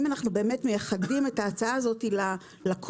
אם אנחנו באמת מייחדים את ההצעה הזאת לעסקאות,